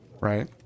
Right